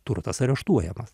turtas areštuojamas